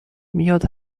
میاد